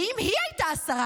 ואם היא הייתה השרה,